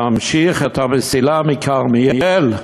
להמשיך את המסילה מכרמיאל,